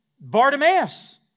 Bartimaeus